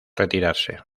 retirarse